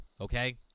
okay